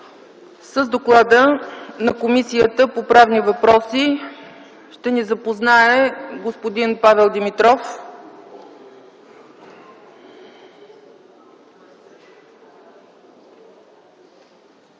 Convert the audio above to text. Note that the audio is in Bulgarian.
С доклада на Комисията по правни въпроси ще ни запознае господин Павел Димитров.